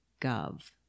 gov